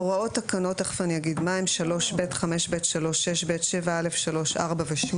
" הוראות תקנות 3(ב), 5(ב)(3), 6(ב), 7(א)(3), (4)